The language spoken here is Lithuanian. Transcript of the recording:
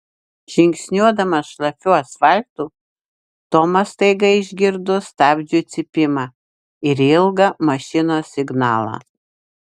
žingsniuodamas šlapiu asfaltu tomas staiga išgirdo stabdžių cypimą ir ilgą mašinos signalą